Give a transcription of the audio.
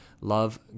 love